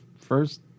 first